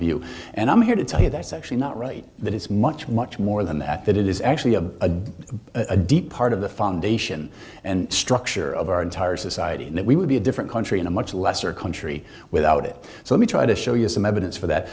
view and i'm here to tell you that's actually not right that it's much much more than that that it is actually a deep part of the foundation structure of our entire society and that we would be a different country in a much lesser country without it so we try to show you some evidence for that